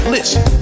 Listen